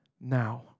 now